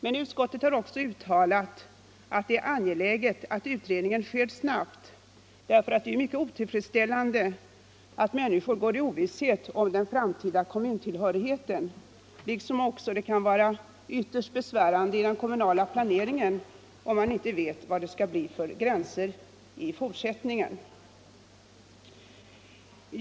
Men utskottet har också uttalat att det är angeläget att utredningen sker snabbt därför att det är mycket otillfredsställande att människor går i osäkerhet om den framtida kommuntillhörigheten. Det kan också vara ytterst besvärande i den kommunala planeringen om man inte vet vad det skall bli för gränser i fortsättningen.